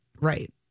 Right